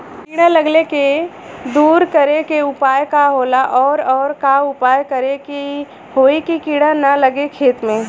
कीड़ा लगले के दूर करे के उपाय का होला और और का उपाय करें कि होयी की कीड़ा न लगे खेत मे?